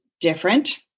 different